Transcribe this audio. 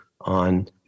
on